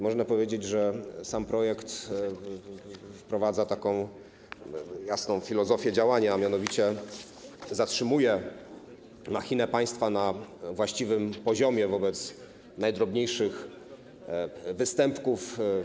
Można powiedzieć, że sam projekt wprowadza taką jasną filozofię działania, a mianowicie zatrzymuje machinę państwa na właściwym poziomie wobec najdrobniejszych występków.